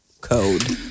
code